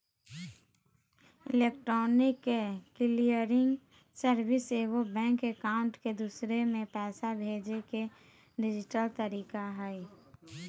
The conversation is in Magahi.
इलेक्ट्रॉनिक क्लियरिंग सर्विस एगो बैंक अकाउंट से दूसर में पैसा भेजय के डिजिटल तरीका हइ